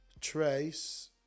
Trace